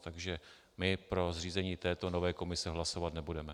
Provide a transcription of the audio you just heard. Takže my pro zřízení této nové komise hlasovat nebudeme.